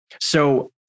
So-